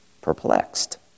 perplexed